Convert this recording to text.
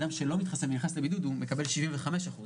אדם שלא מתחסן ונכנס לבידוד מקבל שבעים וחמישה אחוז.